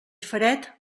fred